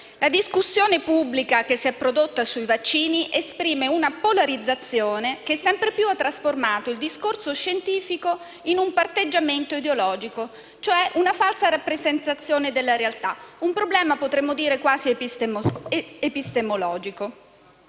la discussione pubblica che si è prodotta sui vaccini esprime una polarizzazione che sempre più ha trasformato il discorso scientifico in un patteggiamento ideologico, e cioè in una falsa rappresentazione della realtà, un problema - potremmo dire - quasi epistemologico.